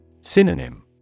Synonym